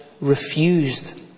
refused